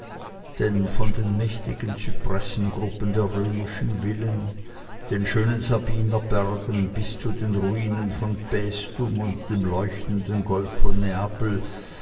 denn von den mächtigen dunklen zypressengruppen der römischen villen von den schönen sabinerbergen bis zu den ruinen von pästum und dem leuchtenden golf von neapel